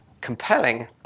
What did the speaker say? compelling